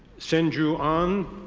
sen ju ahn.